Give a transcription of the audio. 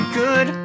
good